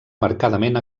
marcadament